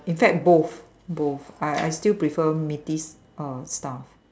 in fact both both I I still prefer meaty uh stuff